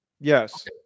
Yes